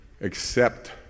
accept